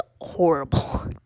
horrible